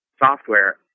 software